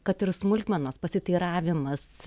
kad ir smulkmenos pasiteiravimas